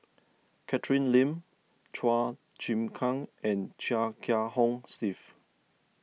Catherine Lim Chua Chim Kang and Chia Kiah Hong Steve